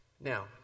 Now